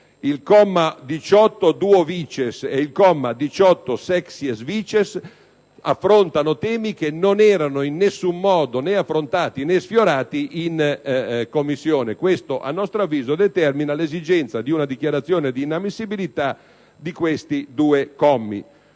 il comma 18-*duovicies* e il comma 18-*sexiesvicies* affrontano temi che non erano in alcun modo né affrontati né sfiorati in Commissione. Questo, a nostro avviso, determina l'esigenza di una dichiarazione di inammissibilità di questi due commi.